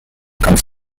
comes